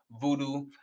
voodoo